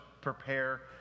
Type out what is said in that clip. prepare